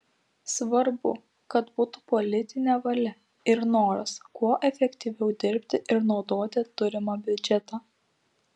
svarbu kad būtų politinė valia ir noras kuo efektyviau dirbti ir naudoti turimą biudžetą